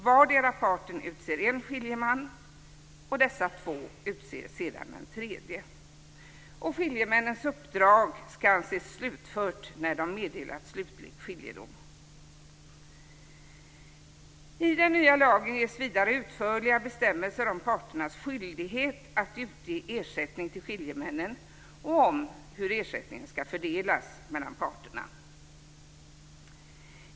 Vardera parten utser en skiljeman och dessa två utser sedan en tredje. Skiljemännens uppdrag skall anses slutfört när de meddelat slutlig skiljedom. I den nya lagen ges vidare utförliga bestämmelser om parternas skyldighet att utge ersättning till skiljemännen och om hur ersättningen skall fördelas mellan parterna.